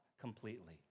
completely